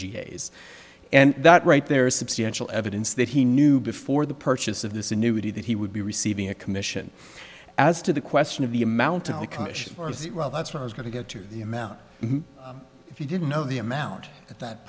days and that right there is substantial evidence that he knew before the purchase of this in nudity that he would be receiving a commission as to the question of the amount of the commission or of the well that's what i was going to go to the amount if you didn't know the amount at that